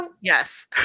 yes